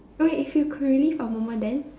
wait if you could relive a moment then